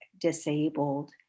disabled